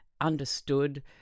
understood